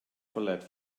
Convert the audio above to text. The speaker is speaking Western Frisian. ferlet